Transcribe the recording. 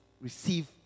receive